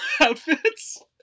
outfits